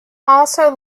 also